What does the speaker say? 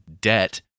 debt